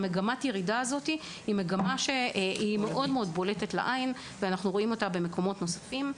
מגמת הירידה בולטת לעין ואנחנו רואים אותה במקומות נוספים.